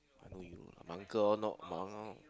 I know you are uncle or not